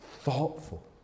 thoughtful